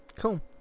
Cool